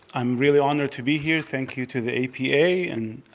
i'm really honored to be here. thank you to the a p a. and